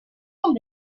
home